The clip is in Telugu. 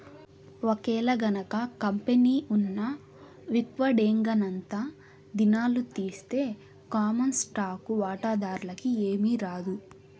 ఒకేలగనక కంపెనీ ఉన్న విక్వడేంగనంతా దినాలు తీస్తె కామన్ స్టాకు వాటాదార్లకి ఏమీరాదు